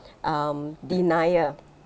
um denial